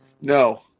No